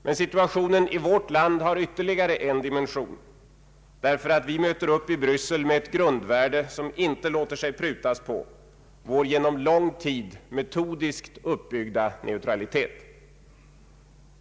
Men situationen i vårt land har ytterligare en dimension därför att vi i Bryssel möter upp med ett grundvärde som inte låter sig prutas på: vår genom lång tid metodiskt uppbyggda neutralitet.